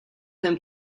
him